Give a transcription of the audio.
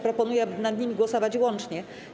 Proponuję, aby nad nimi głosować łącznie.